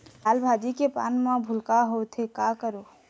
लाल भाजी के पान म भूलका होवथे, का करों?